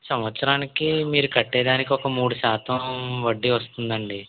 సంవత్సరానికి మీరు కట్టేదానికి ఒక మూడు శాతం వడ్డీ వస్తుందండి